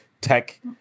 tech